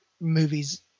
movies